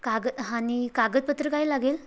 कागद आणि कागदपत्रं काय लागेल